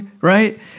right